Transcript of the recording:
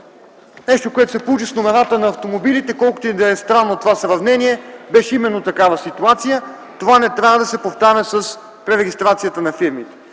нещо, което се получи с номерата на автомобилите, колкото и да е странно това сравнение, но ситуацията беше именно такава. Това не трябва да се повтаря с пререгистрацията на фирмите.